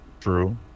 True